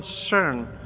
concern